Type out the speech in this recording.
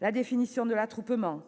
la définition de l'attroupement ?